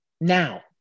Now